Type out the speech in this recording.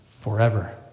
forever